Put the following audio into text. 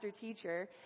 teacher